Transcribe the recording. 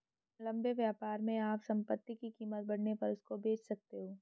लंबे व्यापार में आप संपत्ति की कीमत बढ़ने पर उसको बेच सकते हो